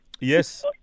Yes